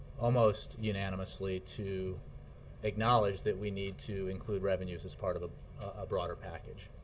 almost unanimously to acknowledge that we need to include revenues as part of a broader package.